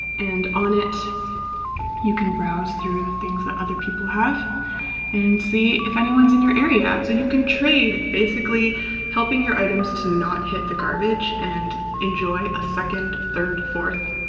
and on it you can browse through the things that other people have and see if anyone's in your area. ah so you can trade basically helping your items to not hit the garbage and enjoy a second, third, fourth,